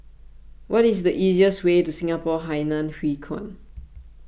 what is the easiest way to Singapore Hainan Hwee Kuan